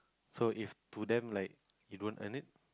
so if to them like you don't earn it